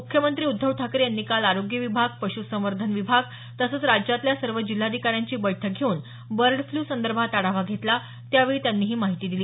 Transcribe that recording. मुख्यमंत्री उद्धव ठाकरे यांनी काल आरोग्य विभाग पशूसंवर्धन विभाग तसंच राज्यातल्या सर्व जिल्हाधिकाऱ्यांची बैठक घेऊन बर्ड फ्ल्यू संदर्भात आढावा घेतला त्यावेळी त्यांनी ही माहिती दिली